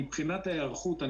מבחינת היערכות,